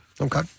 Okay